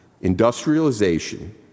Industrialization